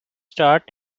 start